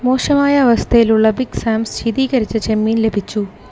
മോശമായ അവസ്ഥയിലുള്ള big Sam's ശീതീകരിച്ച ചെമ്മീൻ ലഭിച്ചു